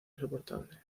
insoportable